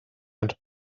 and